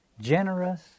generous